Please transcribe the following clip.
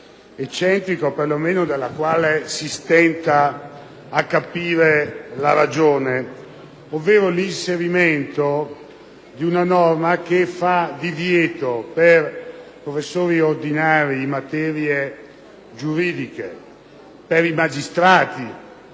eccentrica della quale si stenta a capire la ragione. Mi riferisco all'inserimento di una norma che fa divieto ai professori ordinari in materie giuridiche, ai magistrati